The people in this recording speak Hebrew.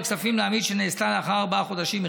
הכספים לעמית שנעשה לאחר ארבעת החודשים,